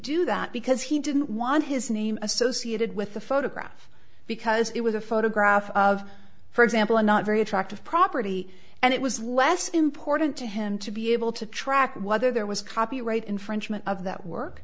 do that because he didn't want his name associated with the photograph because it was a photograph of for example a not very attractive property and it was less important to him to be able to track whether there was copyright infringement of that work